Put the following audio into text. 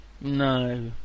no